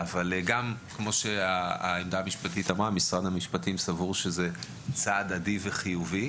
אבל כמו משרד המשפטים גם אני סבור שזה צעד חיובי.